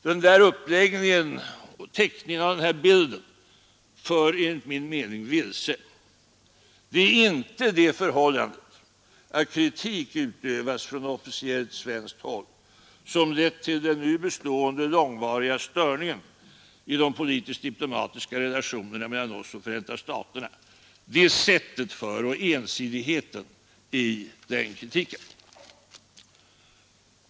Den uppläggningen och den teckningen av bilden leder enligt min mening vilse. Det är inte det förhållandet att kritik utövas från officiellt svenskt håll som lett till den nu bestående långvariga störningen i de politiskt-diplomatiska relationerna mellan oss och Förenta staterna. Det är sättet för och ensidigheten i den kritiken.